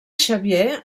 xavier